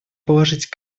положить